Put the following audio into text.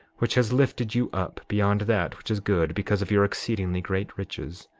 which has lifted you up beyond that which is good because of your exceedingly great riches!